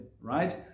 right